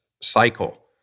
cycle